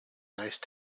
nice